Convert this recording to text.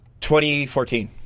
2014